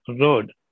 road